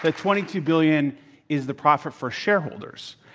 ah twenty two billion is the profit for shareholders.